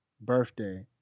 birthday